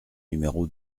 numéro